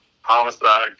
Homicide